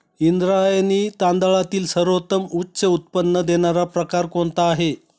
इंद्रायणी तांदळातील सर्वोत्तम उच्च उत्पन्न देणारा प्रकार कोणता आहे?